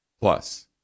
Plus